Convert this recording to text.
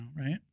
Right